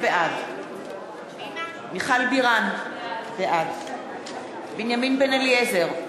בעד מיכל בירן, בעד בנימין בן-אליעזר,